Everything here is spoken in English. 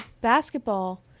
basketball